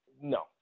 no